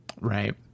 Right